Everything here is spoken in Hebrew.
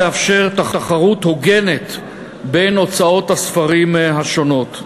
לאפשר תחרות הוגנת בין הוצאות הספרים השונות.